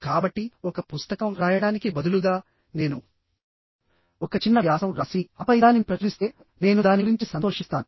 కాబట్టి ఒక పుస్తకం రాయడానికి బదులుగా నేను ఒక చిన్న వ్యాసం రాసి ఆపై దానిని ప్రచురిస్తే నేను దాని గురించి సంతోషిస్తాను